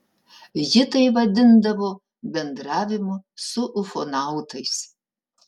ji tai vadindavo bendravimu su ufonautais